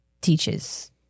teaches